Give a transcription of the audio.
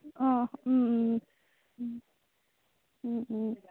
অঁ